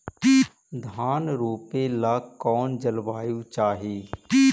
धान रोप ला कौन जलवायु चाही?